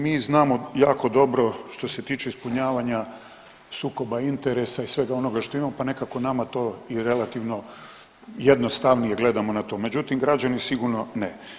Mi znamo jako dobro što se tiče ispunjavanja sukoba interesa i svega onoga što imamo pa nekako nama to i relativno jednostavnije gledamo na to, međutim građani sigurno ne.